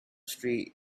street